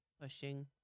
Pushing